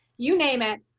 you name it.